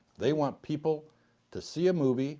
they want people to see a movie